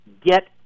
get